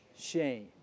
shame